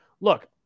look